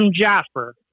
Jasper